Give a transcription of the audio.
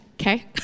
okay